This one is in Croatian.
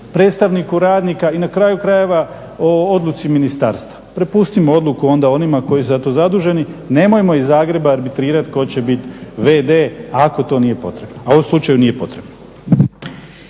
predstavniku radnika i na kraju krajeva, o odluci ministarstva, prepustimo odluku onda onima koji su za to zaduženi, nemojmo iz Zagreba arbitrirati tko će biti v.d. ako to nije potrebno, u ovom slučaju nije potrebno.